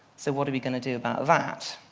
so what are we going to do about that?